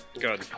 Good